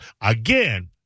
Again